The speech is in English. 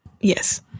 Yes